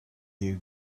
you